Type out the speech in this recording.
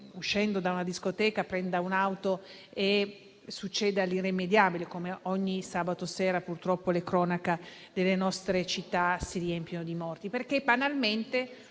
uscendo da una discoteca prenda un'auto e succeda l'irrimediabile, come ogni sabato sera purtroppo ci dicono le cronache delle nostre città che si riempiono di morti. Ad esempio, banalmente